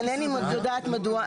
איננו יודעת מדוע.